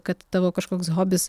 kad tavo kažkoks hobis